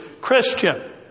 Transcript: Christian